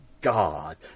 God